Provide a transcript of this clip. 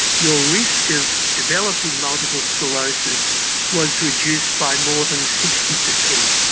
your risk of developing multiple sclerosis was reduced by more than sixty percent.